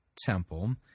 temple